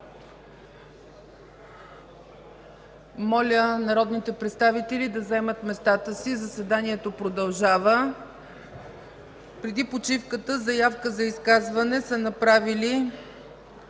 Моля народните представители да заемат местата си, заседанието продължава. Преди почивката заявка за изказване са направили